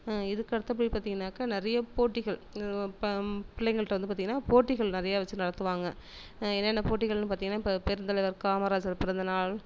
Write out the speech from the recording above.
இதுக்கடுத்தபடி பார்த்தீங்கன்னாக்கா நிறையா போட்டிகள் பிள்ளைங்கள்கிட்ட வந்து பார்த்தீங்கன்னா போட்டிகள் நிறையா வச்சு நடத்துவாங்க என்னென்ன போட்டிகள்ன்னு பார்த்தீங்கன்னா இப்போ பெருந்தலைவர் காமராஜர் பிறந்தநாள்